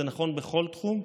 זה נכון בכל תחום,